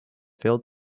failed